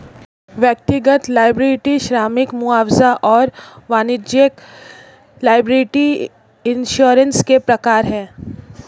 व्यक्तिगत लॉयबिलटी श्रमिक मुआवजा और वाणिज्यिक लॉयबिलटी इंश्योरेंस के प्रकार हैं